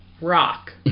rock